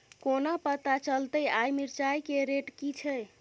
कोना पत्ता चलतै आय मिर्चाय केँ रेट की छै?